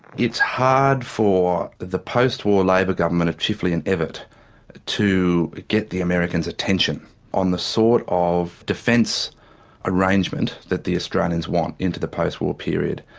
it's hard for the post-war labor government of chifley and evatt to get the americans' attention on the sort of defence arrangement that the australians want, into the post war period.